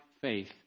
faith